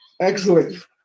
Excellent